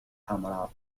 حمراء